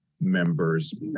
members